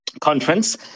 conference